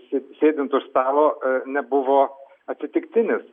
sėdint už stalo nebuvo atsitiktinis